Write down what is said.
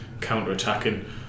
counter-attacking